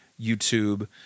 YouTube